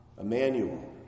Emmanuel